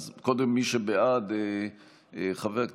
התשפ"א 2021, לוועדת הפנים